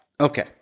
Okay